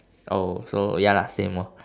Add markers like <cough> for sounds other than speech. oh so ya lah same lor <breath>